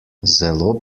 zelo